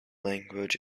language